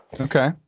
Okay